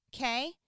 Okay